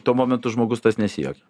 tuo momentu žmogus tas nesijuokė